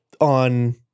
on